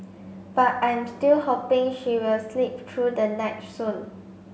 but I'm still hoping she will sleep through the night soon